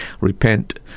Repent